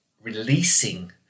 releasing